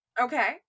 Okay